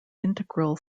integral